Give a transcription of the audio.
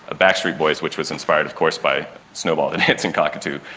ah backstreet boys which was inspired of course by snowball the dancing cockatoo,